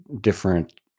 different